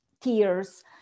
tears